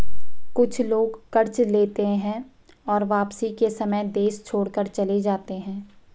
कुछ लोग कर्ज लेते हैं और वापसी के समय देश छोड़कर चले जाते हैं